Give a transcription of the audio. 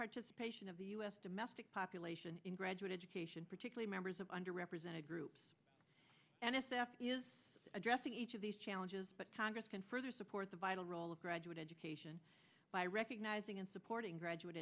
participation of the u s domestic population in graduate education particularly members of under represented groups and addressing each of these challenges but congress can further support the vital role of graduate education by recognizing and supporting graduate